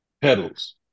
pedals